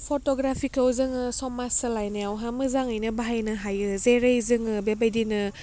फट'ग्राफिखौ जोङो समाज सोलायनायावहा मोजाङैनो बाहायनो हायो जेरै जोङो बेबायदिनो